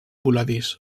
voladís